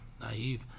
naive